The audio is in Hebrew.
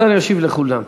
השר ישיב לכולם.